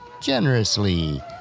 generously